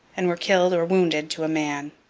and were killed or wounded to a man.